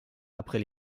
après